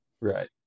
Right